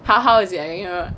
how how is it